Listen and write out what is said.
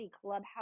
clubhouse